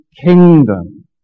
kingdom